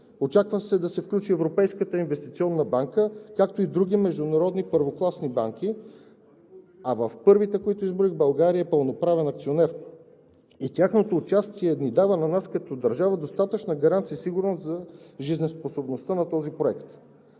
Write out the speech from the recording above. очаква се да се включи Европейската инвестиционна банка, както и други международни първокласни банки, а в първите, които изброих, България е пълноправен акционер и тяхното участие ни дава на нас като държава достатъчна гаранция и сигурност за жизнеспособността на този проект.